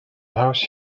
house